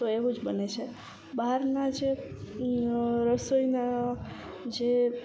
તો એવું જ બને છે બહારના જે રસોઈના જે